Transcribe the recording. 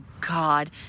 God